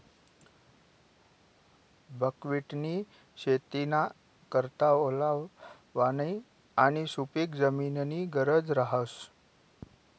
बकव्हिटनी शेतीना करता ओलावानी आणि सुपिक जमीननी गरज रहास